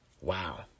wow